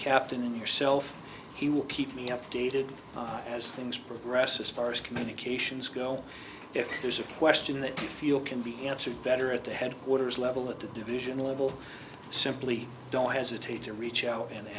captain yourself he will keep me updated as things progress a sparse communications go if there's a question in the field can be answered better at the headquarters level at the division level simply don't hesitate to reach out and they